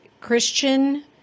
Christian